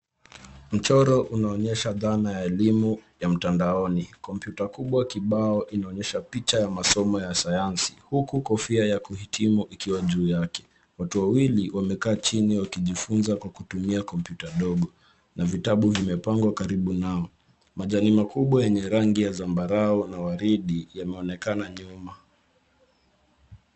Mchoro unaonyesha dhana ya elimu ya mtandoni. Kompyuta kubwa kibao inaonyesha picha ya masomo ya sayansi huku kofia ya kuhitimu ikiwa juu yake. Watu wawili wamekaa chini wakijifunza kwa kutumia kompyuta ndogo na vitabu vimepangwa karibu nao. Majani makubwa yenye rangi ya zambarau na waridi yanaonekana nyuma.